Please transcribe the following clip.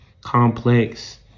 complex